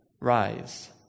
rise